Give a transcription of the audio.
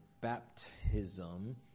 baptism